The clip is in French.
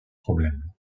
problème